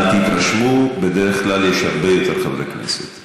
אל תתרשמו, בדרך כלל יש הרבה יותר חברי כנסת.